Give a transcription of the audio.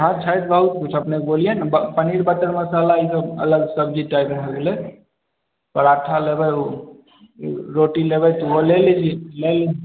हँ छै बहुत किछु अपनेक बोलिए ने पनीर बटर मसाला ईसब अलग सब्जी टाइप भऽ गेलै पराठा लेबै रोटी लेबै तऽ ओहो ले लीजिए लै